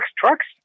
trucks